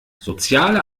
soziale